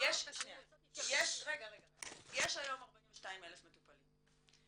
יש היום 42,000 מטופלים.